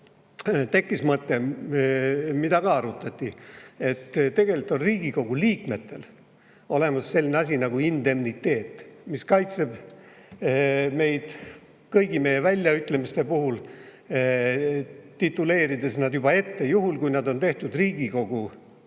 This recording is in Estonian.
tekkis mõte, mida ka arutati, et tegelikult on Riigikogu liikmetel olemas selline asi nagu indemniteet, mis kaitseb meid kõigi meie väljaütlemiste puhul. Juhul kui need on tehtud Riigikogu